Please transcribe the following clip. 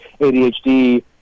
adhd